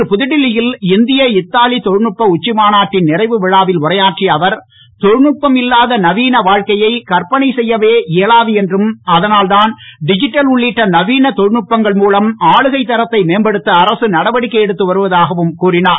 இன்று புதுடில்லி யில் India Italy தொழில்நுட்ப உச்சி மாநாட்டின் நிறைவு விழாவில் உரையாற்றிய அவர் தொழில்நுட்பம் இல்லாத நவீன வாழ்க்கையை கற்பனை செய்யவே இயலாது என்றும் அதனால்தான் டிஜிட்டல் உள்ளிட்ட நவீன தொழில்நுட்பங்கள் மூலம் ஆளுகைத் தரத்தை மேம்படுத்த அரசு நடவடிக்கை எடுத்துவருவதாகவும் கூறினார்